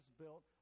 built